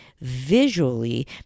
visually